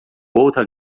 outra